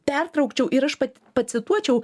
pertraukčiau ir aš pat pacituočiau